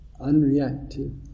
unreactive